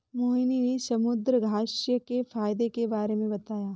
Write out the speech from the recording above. मोहिनी ने समुद्रघास्य के फ़ायदे के बारे में बताया